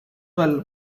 well